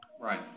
Right